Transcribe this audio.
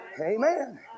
Amen